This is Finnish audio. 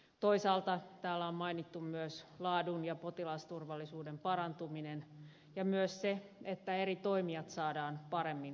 toisaalta täällä on mainittu myös laadun ja potilasturvallisuuden parantuminen ja myös se että eri toimijat saadaan paremmin toimimaan yhteen